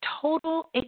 total